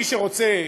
מי שרוצה,